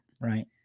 Right